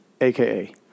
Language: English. AKA